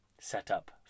setup